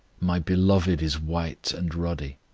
my beloved is white and ruddy,